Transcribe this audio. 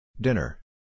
Dinner